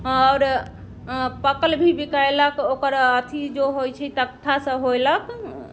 आओर पकल भी बिकेलक ओकर अथी जो होइ छै तख्ता सब होयलक